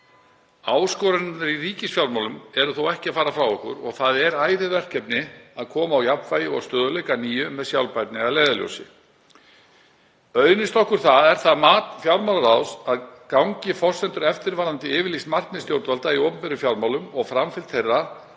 Áskoranirnar í ríkisfjármálum eru þó ekki að fara frá okkur og það er ærið verkefni að koma á jafnvægi og stöðugleika að nýju með sjálfbærni að leiðarljósi. Auðnist okkur það er það mat fjármálaráðs að gangi forsendur eftir varðandi yfirlýst markmið stjórnvalda í opinberum fjármálum og framfylgd þeirra